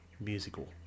musical